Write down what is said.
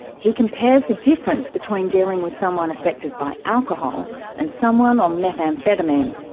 he compares the difference between dealing with someone affected by alcohol and someone on methamphetamine.